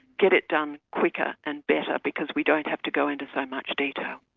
get it done quicker and better because we don't have to go into so much detail.